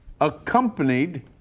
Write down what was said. accompanied